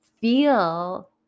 feel